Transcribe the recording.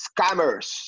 scammers